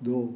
though